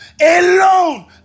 Alone